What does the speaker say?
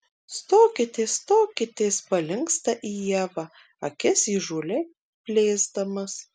stokitės stokitės palinksta į ievą akis įžūliai plėsdamas